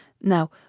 now